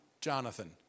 Jonathan